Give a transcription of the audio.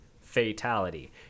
fatality